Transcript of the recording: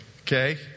okay